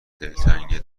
دلتنگ